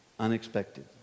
unexpected